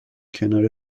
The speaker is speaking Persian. کنار